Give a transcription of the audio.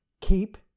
Keep